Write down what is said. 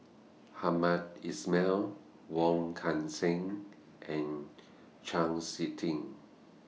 Hamed Ismail Wong Kan Seng and Chau Sik Ting